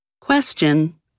Question